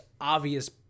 obvious